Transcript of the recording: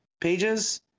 pages